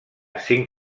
cinc